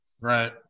right